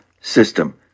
system